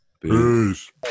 peace